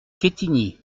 quetigny